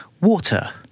water